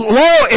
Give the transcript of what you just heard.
law